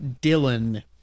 Dylan